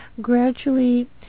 gradually